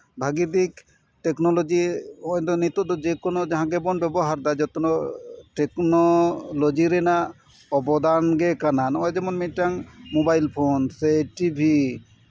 ᱵᱷᱟᱹᱜᱤ ᱫᱤᱠ ᱴᱮᱠᱱᱳᱞᱚᱡᱤ ᱱᱤᱛᱚᱜ ᱫᱚ ᱡᱮᱠᱳᱱᱳ ᱡᱟᱦᱟᱸ ᱜᱮᱵᱚᱱ ᱵᱮᱵᱚᱦᱟᱨᱫᱟ ᱡᱚᱛᱱᱚ ᱴᱮᱠᱱᱳᱞᱚᱡᱤ ᱨᱮᱱᱟᱜ ᱚᱵᱚᱫᱟᱱ ᱜᱮ ᱠᱟᱱᱟ ᱱᱚᱜᱼᱚᱭ ᱡᱮᱢᱚᱱ ᱢᱤᱫᱴᱟᱱ ᱢᱳᱵᱟᱭᱤᱞ ᱯᱷᱳᱱ ᱥᱮ ᱴᱤᱵᱷᱤ